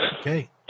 okay